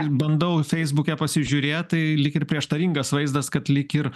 bandau feisbuke pasižiūrėt tai lyg ir prieštaringas vaizdas kad lyg ir